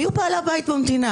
מי בעל הבית במדינה?